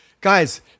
guys